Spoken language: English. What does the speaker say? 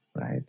right